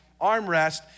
armrest